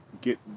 get